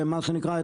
מה שנקרא,